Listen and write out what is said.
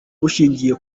bushingiye